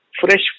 fresh